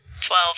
Twelve